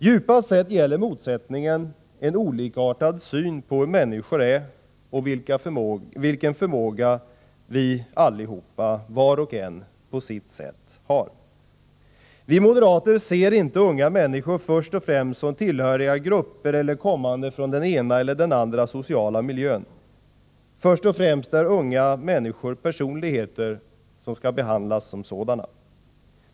Djupast gäller motsättningen en olikartad syn på hur människor är och vilken förmåga vi allihop, var och en på sitt sätt, har. Vi moderater ser inte unga människor först och främst som tillhöriga grupper eller kommande från den ena eller den andra sociala miljön. Först och främst är de olika personligheter som skall behandlas som sådana.